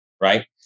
Right